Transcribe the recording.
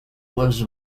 was